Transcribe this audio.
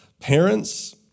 Parents